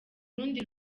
rundi